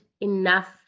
enough